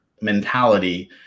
mentality